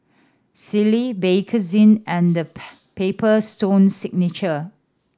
Sealy Bakerzin and The Paper Stone Signature